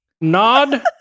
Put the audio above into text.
Nod